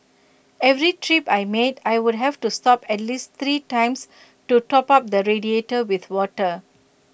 every trip I made I would have to stop at least three times to top up the radiator with water